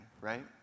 right